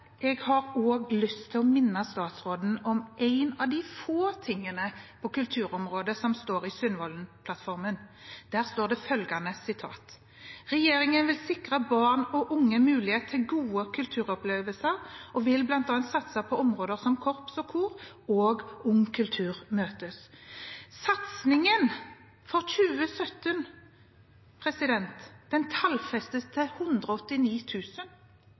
Jeg har også lyst til å minne statsråden om en av de få tingene på kulturområdet som står i Sundvolden-plattformen. Der står det følgende: «Regjeringen vil sikre barn og unge mulighet til gode kulturopplevelser, og vil blant annet satse på områder som korps, kor og ungdommens kulturmønstring» – nå Ung kultur møtes. Satsingen for 2017 tallfestes til